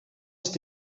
ist